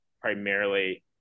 primarily